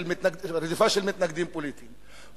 רדיפה של מתנגדים פוליטיים,